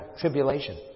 tribulation